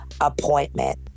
appointment